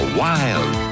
wild